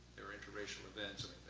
they were interracial events,